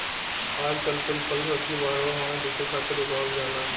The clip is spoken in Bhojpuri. आजकल कुल फल सब्जी बारहो मास बिके खातिर उगावल जाला